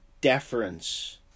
deference